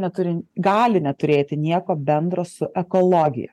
neturi gali neturėti nieko bendro su ekologija